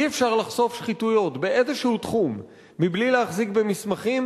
אי-אפשר לחשוף שחיתויות באיזה תחום מבלי להחזיק במסמכים,